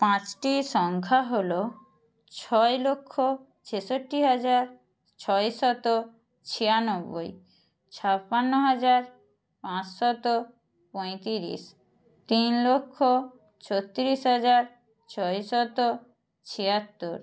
পাঁচটি সংখ্যা হল ছয় লক্ষ ছেষট্টি হাজার ছয়শত ছিয়ানব্বই ছাপান্ন হাজার পাঁচশত পঁয়তিরিশ তিন লক্ষ ছত্তিরিশ হাজার ছয়শত ছিয়াত্তর